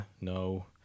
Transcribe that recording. no